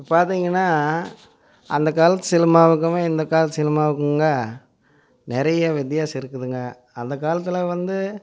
பார்த்தீங்கன்னா அந்தக் காலத்து சினிமாவுக்குமே இந்த காலத்து சினிமாவுக்குங்க நிறைய வித்தியாசம் இருக்குதுங்க அந்தக் காலத்தில் வந்து